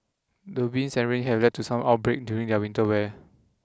the winds and rain here have led some to break out their winter wear